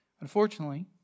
Unfortunately